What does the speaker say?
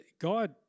God